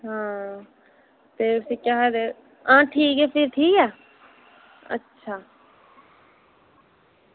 हां ते उसी केह् आखदे हां ठीक ऐ फिर ठीक ऐ अच्छा